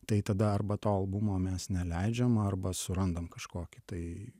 tai tada arba to albumo mes neleidžiam arba surandam kažkokį tai